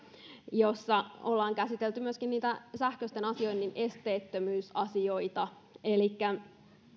jossa ollaan käsitelty myöskin niitä sähköisten asioinnin esteettömyysasioita elikkä